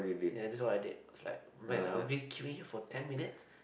ya that was what I did I was like man I've been queueing here for ten minutes